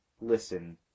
listen